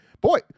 Boy